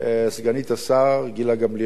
סגנית השר גילה גמליאל,